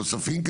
נוספים,